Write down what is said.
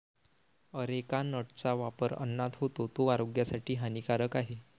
areca नटचा वापर अन्नात होतो, तो आरोग्यासाठी हानिकारक आहे